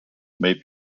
may